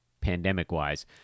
pandemic-wise